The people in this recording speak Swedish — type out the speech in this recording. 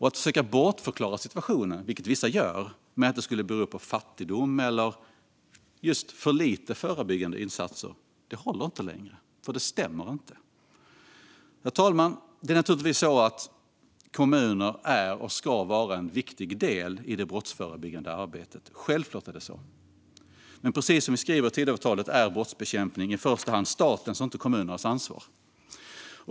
Att försöka bortförklara situationen, vilket vissa gör, med att det skulle bero på fattigdom eller för lite förebyggande insatser håller inte längre, för det stämmer inte. Herr talman! Det är naturligtvis så att kommuner är och ska vara en viktig del i det brottsförebyggande arbetet, men precis som vi skriver i Tidöavtalet är brottsbekämpning i första hand statens och inte kommunernas ansvar.